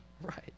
Right